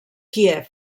kíev